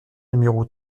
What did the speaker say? numéro